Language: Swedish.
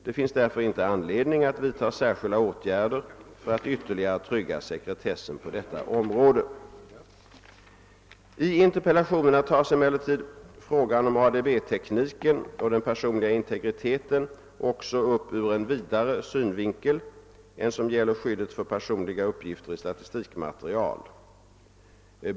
Det finns därför inte anledning att vidta särskilda åtgärder för att ytterligare trygga sekretessen på detta område. I interpellationerna tas emellertid frågan om ADB-tekniken och den personliga integriteten också upp ur en vidare synvinkel än som gäller skyddet för personliga uppgifter i statistikmaterial.